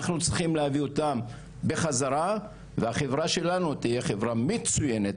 אנחנו צריכים להביא אותם בחזרה והחברה שלנו תהיה חברה מצויינת,